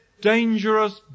dangerous